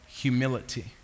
humility